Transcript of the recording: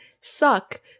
suck